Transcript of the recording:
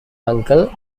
uncle